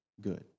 good